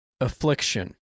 affliction